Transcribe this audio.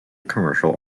commercial